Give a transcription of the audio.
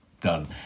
Done